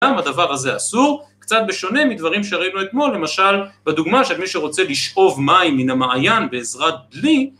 למה הדבר הזה אסור? קצת בשונה מדברים שהראינו אתמול, למשל בדוגמה של מי שרוצה לשאוב מים מן המעיין בעזרת דלי